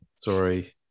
Sorry